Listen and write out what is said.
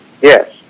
Yes